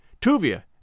Tuvia